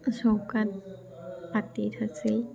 চৌকাত পাতি থৈছিল